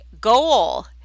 goal